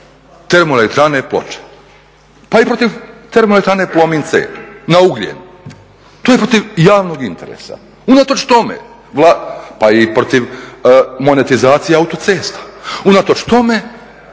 termoelektrane Ploče pa i protiv termoelektrane Plomin C, na ugljen. To je protiv javnog interesa. Unatoč tome, pa i protiv monetizacije autocesta, unatoč tome